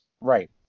Right